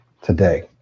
today